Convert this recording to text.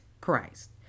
Christ